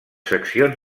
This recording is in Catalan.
seccions